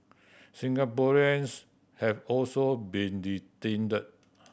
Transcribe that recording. Singaporeans have also been detained